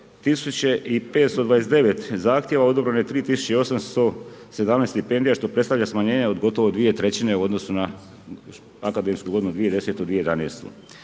4529 zahtjeva odobreno je 3817 stipendija što predstavlja smanjenje od gotovo dvije trećine u odnosu akademsku godinu 2010/2011.